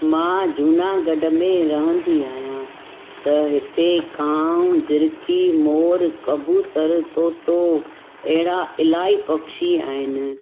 मां जूनागढ़ में रहंदी आहियां त हिते कांउ झिरकी मोर कबूतर तोतो अहिड़ा इलाही पखी आहिनि